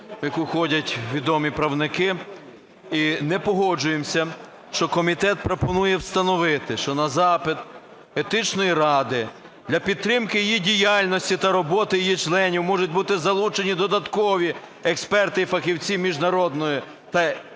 в яку входять відомі правники, і не погоджуємося, що комітет пропонує встановити, що на запит Етичної ради для підтримки її діяльності та роботи її членів можуть бути залучені додаткові експерти і фахівці міжнародної...